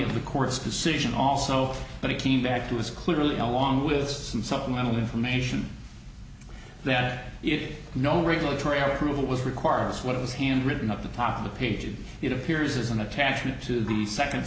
of the court's decision also but it came back to this clearly along with some supplemental information that it no regulatory approval was required is what it was handwritten of the top of the page and it appears as an attachment to the second